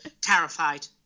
Terrified